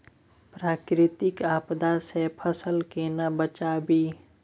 प्राकृतिक आपदा सं फसल केना बचावी?